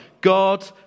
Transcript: God